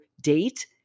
date